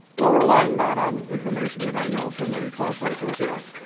well relying not on information that i know from any classified source, yes.